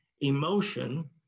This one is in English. emotion